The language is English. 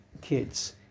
kids